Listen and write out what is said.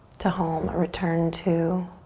to home, a return to